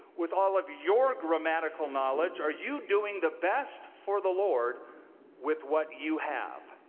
with all of your grammatical knowledge, are you doing the best for the lord with what you have?